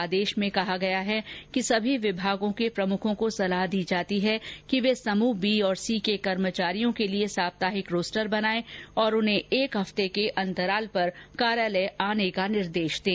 आदेश में कहा गया है कि सभी विभागों के प्रमुखों को सलाह दी जाती है कि वे समूह बी और सी के कर्मचारियों के लिए साप्ताहिक रोस्टर बनाएं और उन्हें एक हफ्ते के अंतराल पर कार्यालय आने का निर्देश दें